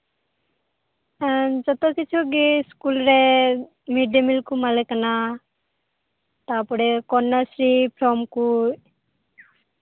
ᱦᱮᱸ ᱡᱚᱛᱚ ᱠᱤᱪᱷᱩ ᱜᱮ ᱤᱥᱠᱩᱞ ᱨᱮ ᱢᱤᱰᱼᱰᱮᱼᱢᱤᱞ ᱠᱩ ᱮᱢᱟᱞᱮ ᱠᱟᱱᱟ ᱛᱟᱨᱯᱚᱨᱮ ᱠᱚᱱᱱᱟᱥᱨᱤ ᱯᱷᱚᱨᱢ ᱠᱩ